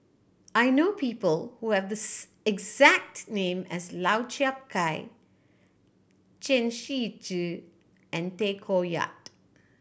I know people who have the exact name as Lau Chiap Khai Chen Shiji and Tay Koh Yat